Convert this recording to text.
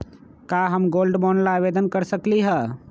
का हम gold bond ला आवेदन कर सकली ह?